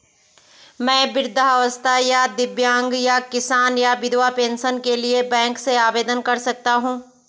मैं वृद्धावस्था या दिव्यांग या किसान या विधवा पेंशन के लिए बैंक से आवेदन कर सकता हूँ?